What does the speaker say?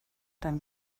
dein